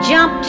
Jump